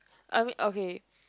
I mean okay